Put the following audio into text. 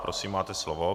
Prosím máte slovo.